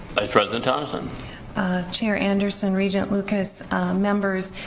president tonnison chair anderson, regent lucas members,